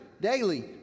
daily